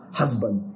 husband